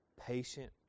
patient